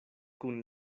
kun